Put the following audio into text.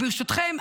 וברשותכם,